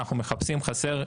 אנחנו מחפשים,